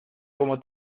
como